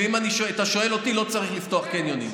ואם אתה שואל אותי אז לא צריך לפתוח קניונים.